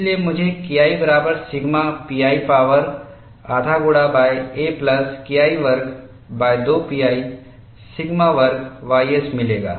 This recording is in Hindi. इसलिए मुझे KI बराबर सिग्मा pi पावर आधा गुणाa प्लस KI वर्ग2 pi सिग्मा वर्ग ys मिलेगा